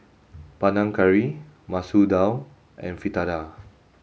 Panang Curry Masoor Dal and Fritada